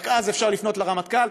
רק אז אפשר לפנות לרמטכ"ל,